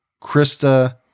Krista